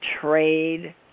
trade